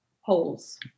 holes